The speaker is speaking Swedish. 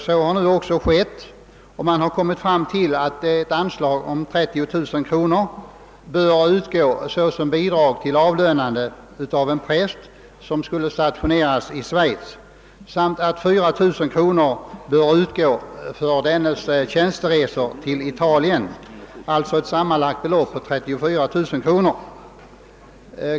Så har nu också skett, och departementschefen har kommit fram till att ett anslag av 30 000 kronor bör utgå som bidrag till avlönande av en präst, som skulle stationeras i Schweiz, samt att 4 000 kronor bör utgå för dennes tjänsteresor till Italien, alltså ett sammanlagt belopp av 34 000 kronor.